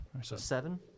Seven